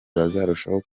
bazarushaho